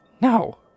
No